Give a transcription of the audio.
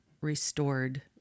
restored